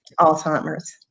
Alzheimer's